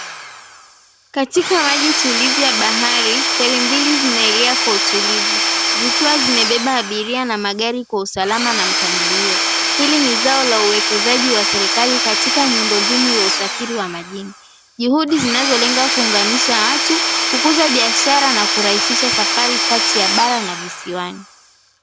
Katika maji tulivu ya bahari ferry mbili zinaelea kwa utulivu zikiwa zimebeba abiria na magari kwa usalama na mpangilio. Hili ni zao la uwekezaji wa serikali katika miundo mbinu ya usafiri wa majini, juhudi zinazolenga kuunganisha watu, kukuza biashara na kurahisisha safari kati ya bara na visiwani.